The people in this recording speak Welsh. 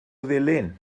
ddulyn